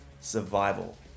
survival